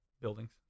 buildings